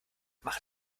mach